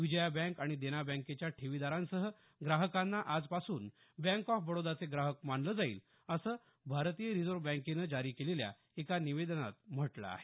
Vijaya bank आणि देना बँकेच्या ठेवीदारांसह ग्राहकांना आजपासून बँक ऑफ बडोदाचे ग्राहक मानलं जाईल असं भारतीय रिजर्व बँकेनं जारी केलेल्या एका निवेदनात म्हटलं आहे